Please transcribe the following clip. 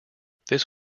this